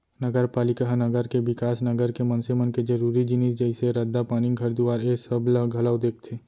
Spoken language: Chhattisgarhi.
नगरपालिका ह नगर के बिकास, नगर के मनसे मन के जरुरी जिनिस जइसे रद्दा, पानी, घर दुवारा ऐ सब ला घलौ देखथे